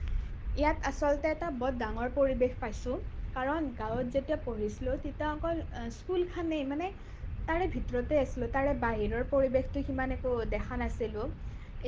ইয়াত আচলতে এটা বৰ ডাঙৰ পৰিৱেশ পাইছোঁ কাৰণ গাঁৱত যেতিয়া পঢ়িছিলোঁ তেতিয়া অকল স্কুলখনেই মানে তাৰে ভিতৰতে আছিলোঁ তাৰে বাহিৰৰ সিমান একো পৰিৱেশটো দেখা নাছিলোঁ